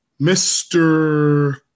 Mr